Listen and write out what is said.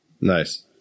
Nice